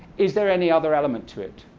is there any other element to it?